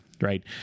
Right